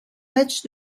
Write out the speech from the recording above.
matchs